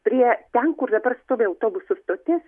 prie ten kur dabar stovi autobusų stotis